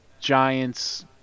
giants